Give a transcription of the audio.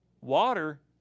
water